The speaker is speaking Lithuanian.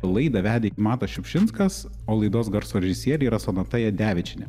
laidą vedė matas šiupšinskas o laidos garso režisierė yra sonata jadevičienė